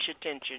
attention